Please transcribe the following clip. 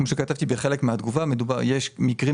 רביזיה על פנייה מספר 71: רשויות